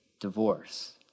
divorce